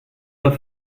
pas